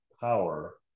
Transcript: power